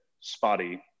spotty